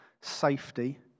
safety